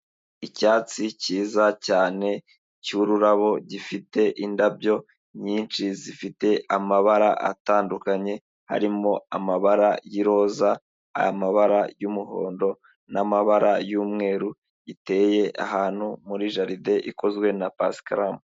Icyatsi cyiza cyane cy'ururabo gifite indabyo nyinshi zifite amabara atandukanye harimo; amabara y'iroza, amabara y'umuhondo n'amabara y'umweru, iteye ahantu muri jaride ikozwe na pasikaramu.